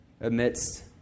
amidst